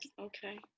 Okay